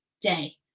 day